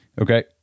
Okay